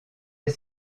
est